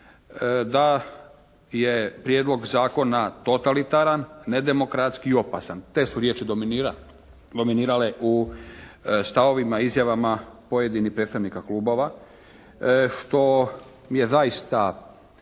da je prijedlog zakona totalitaran, nedemokratski i opasan. Te su riječi dominirale u stavovima, izjavama pojedinih predstavnika klubova što je zaista